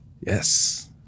Yes